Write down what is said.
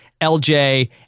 LJ